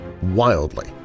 wildly